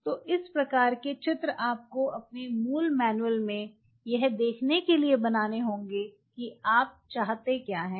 तो इस प्रकार के चित्र आपको अपने मूल मैनुअल में यह देखने के लिए बनाने होंगे कि आप चाहते क्या हैं